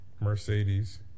Mercedes